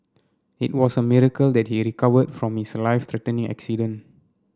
it was a miracle that he recovered from his life threatening accident